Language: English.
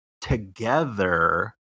together